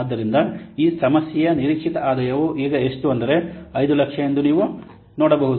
ಆದ್ದರಿಂದ ಈ ಸಮಸ್ಯೆಯ ನಿರೀಕ್ಷಿತ ಆದಾಯವು ಈಗ ಎಷ್ಟು ಅಂದರೆ 500000 ಎಂದು ನೀವು ನೋಡಬಹುದು